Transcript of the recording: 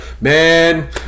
man